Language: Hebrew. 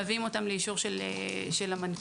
מביאים לאישור המנכ"ל.